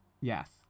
yes